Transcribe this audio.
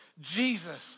Jesus